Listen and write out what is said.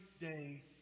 day